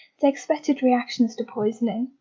the expected reactions to poisoning.